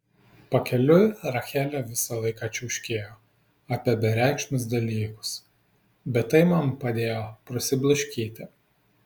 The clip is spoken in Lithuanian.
pakeliui rachelė visą laiką čiauškėjo apie bereikšmius dalykus bet tai man padėjo prasiblaškyti